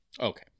Okay